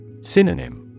Synonym